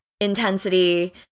intensity